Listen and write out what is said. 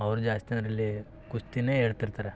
ಅವ್ರು ಜಾಸ್ತಿ ಅದರಲ್ಲಿ ಕುಸ್ತಿನೇ ಹೇಳ್ತಿರ್ತಾರೆ